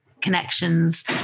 connections